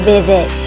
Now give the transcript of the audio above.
Visit